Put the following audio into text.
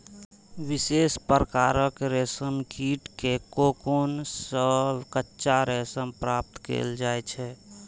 विशेष प्रकारक रेशम कीट के कोकुन सं कच्चा रेशम प्राप्त कैल जाइ छै